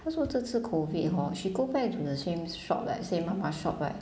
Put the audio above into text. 她说这次 COVID hor she go back into the same shop leh same mama shop right